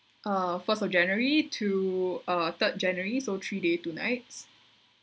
uh first of january to uh third january so three day two nights